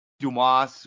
Dumas